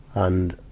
and,